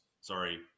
Sorry